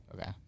Okay